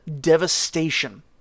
devastation